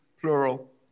plural